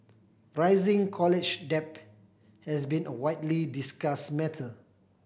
rising college debt has been a widely discussed matter